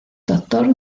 doctor